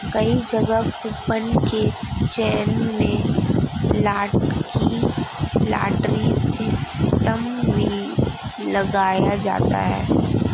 कई जगह कूपन के चयन में लॉटरी सिस्टम भी लगाया जाता है